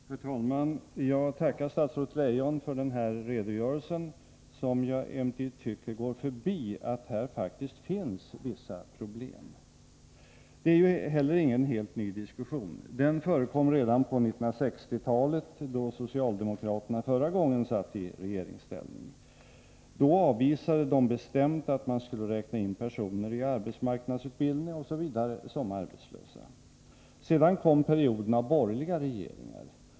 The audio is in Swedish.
Herr talman! Jag tackar statsrådet Leijon för den här redogörelsen, som jag emellertid tycker går förbi att här faktiskt finns vissa problem. Det är ju heller ingen helt ny diskussion. Den förekom redan på 1960-talet, då socialdemokraterna förra gången satt i regeringsställning. Då avvisade de bestämt att man skulle räkna in personer i arbetsmarknadsutbildning osv. som arbetslösa. Sedan kom perioden av borgerliga regeringar.